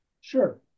Sure